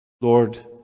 Lord